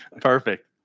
Perfect